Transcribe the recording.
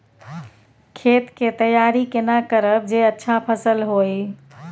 खेत के तैयारी केना करब जे अच्छा फसल होय?